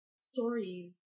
stories